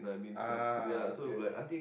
ah okay okay